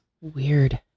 Weird